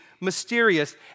mysterious